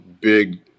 big